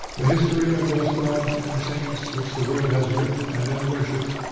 the history of those gods and saints which the world has written and then worshipped,